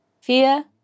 fear